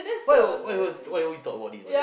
why why always why we always talk about this